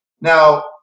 Now